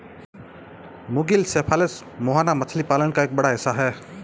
मुगिल cephalus मुहाना मछली पालन का एक बड़ा हिस्सा है